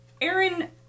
Aaron